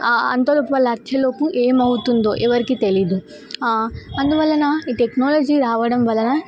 అంతలోపు వాళ్ళ వచ్చే లోపు ఏమవుతుందో ఎవరికీ తెలియదు అందువలన ఈ టెక్నాలజీ రావడం వలన